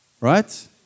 Right